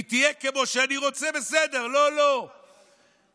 היא תהיה כמו שאני רוצה, בסדר, לא, לא.